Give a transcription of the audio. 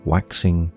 Waxing